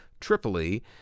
Tripoli